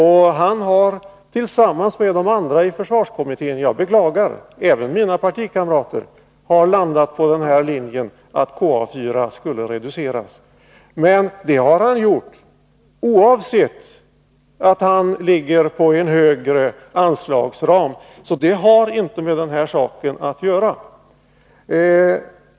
Han har tillsammans med de andra i försvarskommittén — jag beklagar att även mina partikamrater har landat på den ståndpunkten — föreslagit att KA 4 skulle reduceras. Han har gjort klart att han förespråkar en högre anslagsram. Det har alltså inte med den här saken att göra.